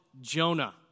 Jonah